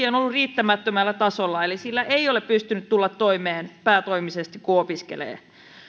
on ollut riittämättömällä tasolla eli sillä ei ole pystynyt tulemaan toimeen kun opiskelee päätoimisesti